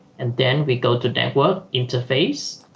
and then we go to network interface